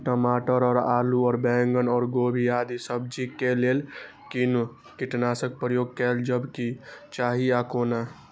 टमाटर और आलू और बैंगन और गोभी आदि सब्जी केय लेल कुन कीटनाशक प्रयोग कैल जेबाक चाहि आ कोना?